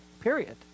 period